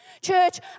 Church